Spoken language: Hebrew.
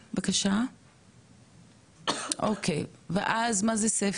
ואז מה save time מה קורה שם אין לי מושג,